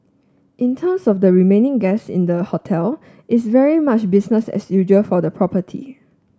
in terms of the remaining guests in the hotel it's very much business as usual for the property